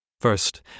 First